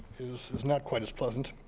is is not quite as pleasant.